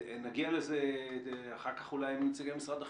ונגיע לזה אחר כך אולי עם נציגי משרד החינוך.